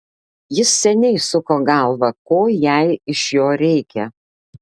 jis seniai suko galvą ko jai iš jo reikia